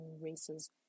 races